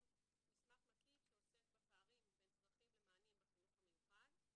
מסמך מקיף שעוסק בפערים בין צרכים למענים בחינוך המיוחד.